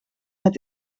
met